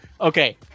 Okay